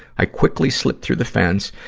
i quickly slipped through the fence,